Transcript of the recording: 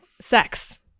sex